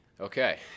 Okay